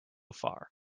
far